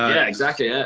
yeah, exactly. yeah